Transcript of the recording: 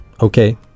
okay